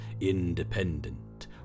independent